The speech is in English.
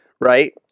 right